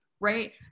right